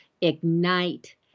ignite